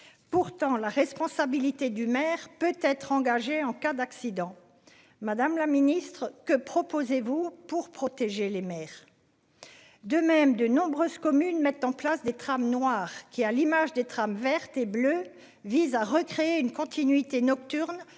Pourtant la responsabilité du maire peut être engagée en cas d'accident. Madame la Ministre, que proposez-vous pour protéger les maires. De même, de nombreuses communes mettent en place des trams noirs qui à l'image des trames vertes et bleues vise à recréer une continuité nocturne